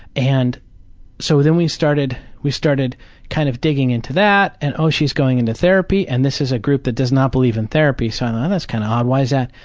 and so then we started we started kind of digging into that, and oh, she's going into therapy and this is a group that does not believe in therapy, so i'm, that's kind of odd, why is that?